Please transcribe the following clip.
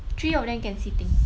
three of them can see things